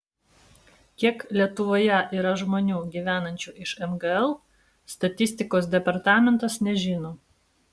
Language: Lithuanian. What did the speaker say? kiek lietuvoje yra žmonių gyvenančių iš mgl statistikos departamentas nežino